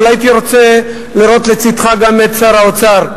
אבל הייתי רוצה לראות לצדך גם את שר האוצר,